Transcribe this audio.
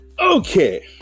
Okay